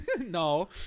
No